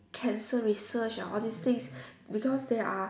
cancer research all these things because they are